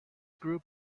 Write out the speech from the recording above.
group